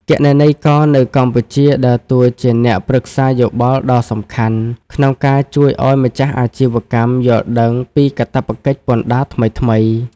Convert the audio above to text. គណនេយ្យករនៅកម្ពុជាដើរតួជាអ្នកប្រឹក្សាយោបល់ដ៏សំខាន់ ក្នុងការជួយឱ្យម្ចាស់អាជីវកម្មយល់ដឹងពីកាតព្វកិច្ចពន្ធដារថ្មីៗ។